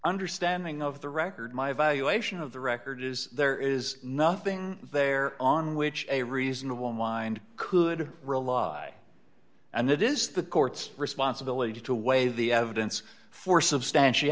understanding of the record my valuation of the record is there is nothing there on which a reasonable mind could rule law and it is the court's responsibility to weigh the evidence for substantial